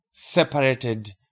separated